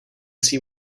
see